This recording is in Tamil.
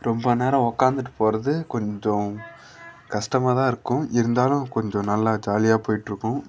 ரொம்ப நேரம் உக்காந்துட்டு போகிறது கொஞ்சம் கஷ்டமா தான் இருக்கும் இருந்தாலும் கொஞ்சம் நல்லா ஜாலியாக போயிட்டிருக்கும்